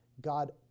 God